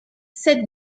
cette